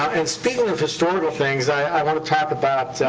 and speaking of historical things, i wanna talk about